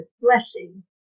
blessing